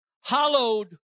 hollowed